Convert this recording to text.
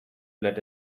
let